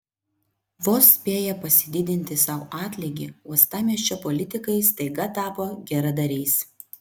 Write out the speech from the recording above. vos spėję pasididinti sau atlygį uostamiesčio politikai staiga tapo geradariais